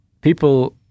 people